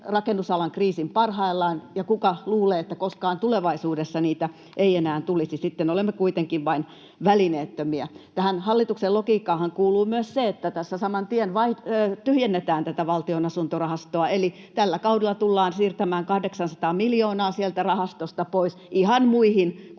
rakennusalan kriisin parhaillaan, ja kuka luulee, että koskaan tulevaisuudessa niitä ei enää tulisi? Sitten olemme kuitenkin välineettömiä. Tähän hallituksen logiikkaanhan kuuluu myös se, että tässä saman tien tyhjennetään tätä Valtion asuntorahastoa eli tällä kaudella tullaan siirtämään 800 miljoonaa sieltä rahastosta pois ihan muihin kuin